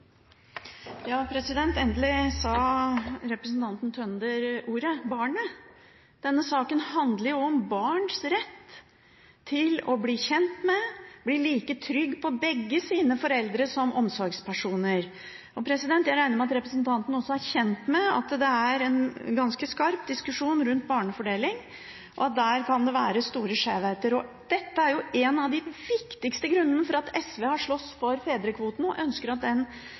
Endelig sa representanten Tønder ordet «barnet». Denne saken handler jo om barns rett til å bli kjent med, bli like trygg på, begge sine foreldre som omsorgspersoner. Jeg regner med at representanten Tønder er kjent med at det er en ganske skarp diskusjon rundt barnefordeling, og at det der kan være store skjevheter. Dette er en av de viktigste grunnene til at SV har slåss for fedrekvoten og ønsket at den